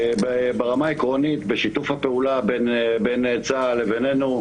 ברמה העקרונית בשיתוף הפעולה בין צה"ל לביננו,